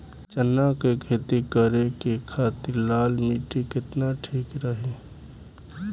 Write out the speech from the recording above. चना के खेती करे के खातिर लाल मिट्टी केतना ठीक रही?